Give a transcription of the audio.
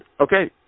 okay